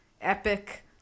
epic